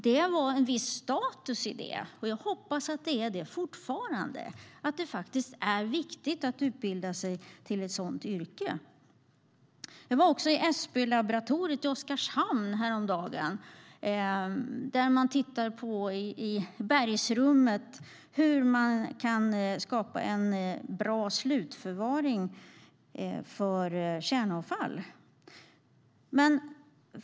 Det var en viss status i det, och jag hoppas att det är det fortfarande - att det faktiskt är viktigt att utbilda sig till ett sådant yrke. Jag var också i Äspölaboratoriet i Oskarshamn häromdagen. Där tittar man på hur man kan skapa en bra slutförvaring för kärnavfall i bergrummet.